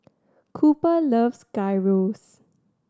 Cooper loves Gyros